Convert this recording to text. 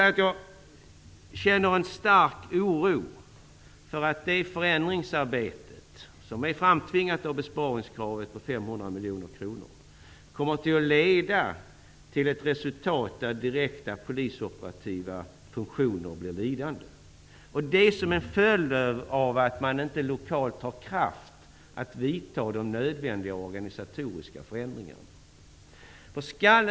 Jag känner en stark oro för att det förändringsarbetet, som är framtvingat av besparingskravet om 500 miljoner kronor, kommer att leda till resultatet att direkta polisoperativa funktioner blir lidande. Det blir en följd av att man inte lokalt har kraft att vidta de nödvändiga organisatoriska förändringarna.